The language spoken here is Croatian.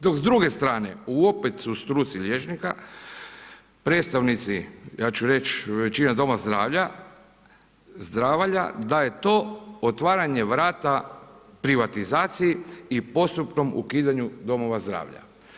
Dok s druge strane opet u struci liječnika predstavnici, ja ću reći većine doma zdravlja da je to otvaranje vrata privatizaciji i postupnom ukidanju domova zdravlja.